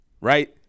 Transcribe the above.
right